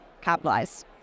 capitalize